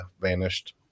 vanished